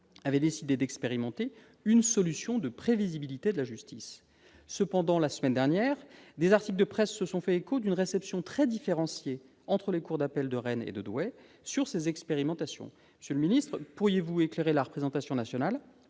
avaient décidé d'expérimenter une solution de prévisibilité de la justice. Cependant, la semaine dernière, des articles de presse se sont fait écho d'une réception très différenciée entre les cours d'appel de Rennes et de Douai sur ces expérimentations. Monsieur le secrétaire d'État, pourriez-vous éclairer la représentation nationale